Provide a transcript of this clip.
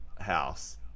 house